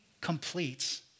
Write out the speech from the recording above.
completes